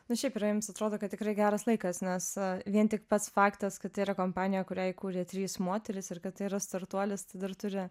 na šiaip ir jums atrodo kad tikrai geras laikas nes vien tik pats faktas kad tai yra kompanija kurią įkūrė trys moterys ir kad tai yra startuolis tai dar turi